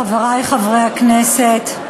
חברי חברי הכנסת,